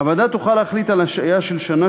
הוועדה תוכל להחליט על השעיה של שנה